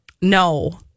No